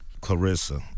Clarissa